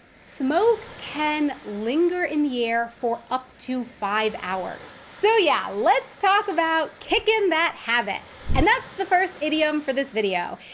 smoke can linger in the air for up to five hours. so yeah, let's talk about kicking that habit. and that's the first idiom for this video.